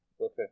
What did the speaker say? Okay